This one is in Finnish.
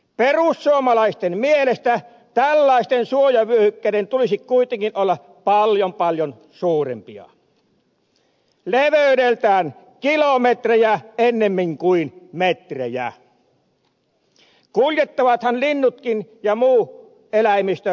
perussuomalaisten mielestä tällaisten suojavyöhykkeiden tulisi kuitenkin olla paljon paljon suurempia leveydeltään kilometrejä ennemmin kuin metrejä kuljettavathan linnutkin ja muu eläimistö kasviainesta